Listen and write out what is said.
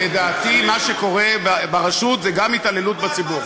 לדעתי, מה שקורה ברשות זה גם התעללות בציבור.